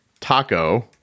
taco